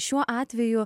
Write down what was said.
šiuo atveju